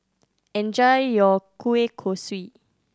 enjoy your kueh kosui